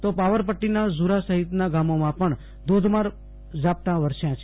તો પાવરપદ્દીના ઝુરા સહિતના ગામોમાં પણ ધોધમાર ઝાપટાં વરસ્યાં છે